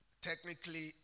technically